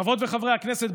חברות וחברי הכנסת,